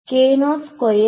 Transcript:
மாணவர்